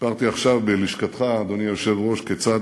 סיפרתי עכשיו בלשכתך, אדוני היושב-ראש, כיצד